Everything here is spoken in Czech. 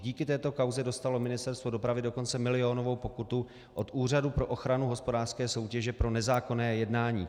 Díky této kauze dostalo Ministerstvo dopravy dokonce milionovou pokutu od Úřadu pro ochranu hospodářské soutěže pro nezákonné jednání.